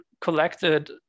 collected